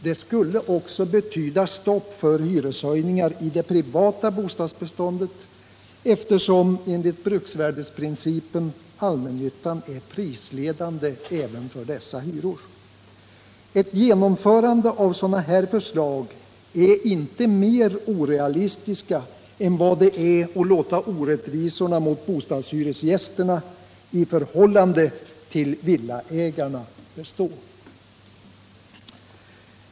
Det skulle också betyda stopp för hyreshöjningar i det privata bostadsbeståndet, eftersom enligt bruksvärdesprincipen allmännyttan är prisledande även för dessa hyror. Ett genomförande av sådana förslag är inte mer orealistiskt än vad det är att låta orättvisorna mot bostadshyresgästerna i förhållande till villaägarna bestå.